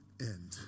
end